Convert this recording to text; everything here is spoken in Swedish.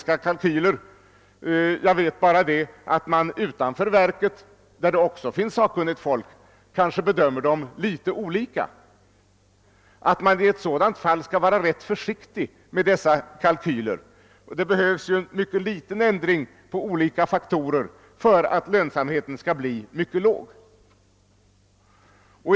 Det gäller inte bara 6—7 miljoner människor i vårt land, utan det gäller befolkningen i hela Europa. Och den som gått Kungsleden under de senaste åren har märkt vilken lavinartad ökning det är av utlandsturismen uppe i våra fjällbygder.